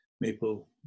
maple